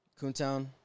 Coontown